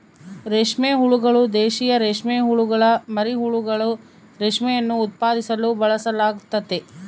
ರೇಷ್ಮೆ ಹುಳುಗಳು, ದೇಶೀಯ ರೇಷ್ಮೆಹುಳುಗುಳ ಮರಿಹುಳುಗಳು, ರೇಷ್ಮೆಯನ್ನು ಉತ್ಪಾದಿಸಲು ಬಳಸಲಾಗ್ತತೆ